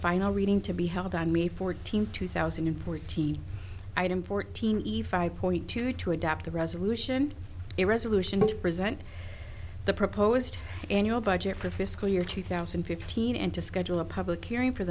final reading to be held on may fourteenth two thousand and fourteen item fourteen eve five point two two adapt the resolution a resolution to present the proposed annual budget for fiscal year two thousand and fifteen and to schedule a public hearing for